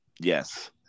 Yes